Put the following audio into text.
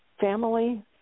family